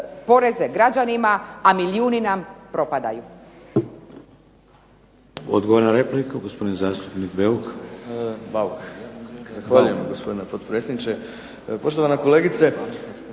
poreze građanima a milijuni nam propadaju.